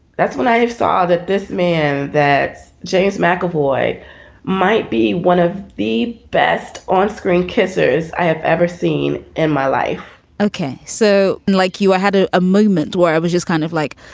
that's when i saw that this man, that james mcavoy might be one of the best onscreen kissers i have ever seen in my life ok, so like you, i had a ah moment where i was just kind of like,